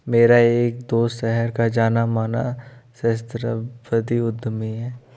मेरा एक दोस्त शहर का जाना माना सहस्त्राब्दी उद्यमी है